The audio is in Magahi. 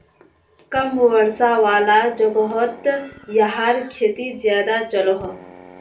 कम वर्षा वाला जोगोहोत याहार खेती ज्यादा चलोहो